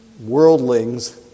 worldlings